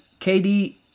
KD